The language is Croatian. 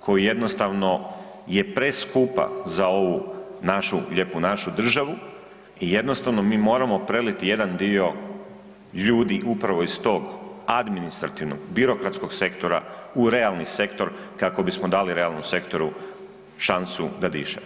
koju jednostavno je preskupa za ovu našu lijepu našu državu i jednostavno mi moramo preliti jedan dio ljudi upravo iz tog administrativnog, birokratskog sektora u realni sektor kako bismo dali realnom sektoru šansu da diše.